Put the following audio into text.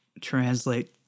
translate